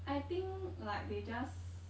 I think like they just